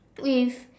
with